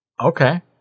Okay